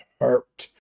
hurt